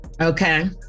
Okay